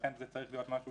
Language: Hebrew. לכן זה צריך להיות משהו